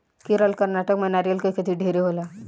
केरल, कर्नाटक में नारियल के खेती ढेरे होला